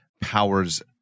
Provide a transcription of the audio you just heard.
powers